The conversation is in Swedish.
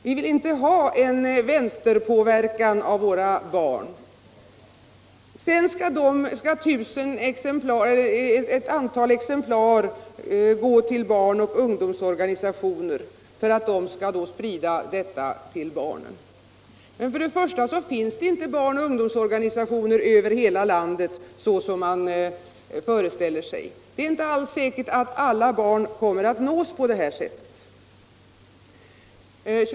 Vi vill inte ha en vänsterpåverkan på våra barn. Sedan skall ett antal exemplar gå till barnoch ungdomsorganisationer för att de skall sprida detta till barnen. Men först och främst finns det inte barnoch ungdomsorganisationer över hela landet, såsom man föreställer sig. Det är inte alls säkert att alla barn kommer att nås på det sättet.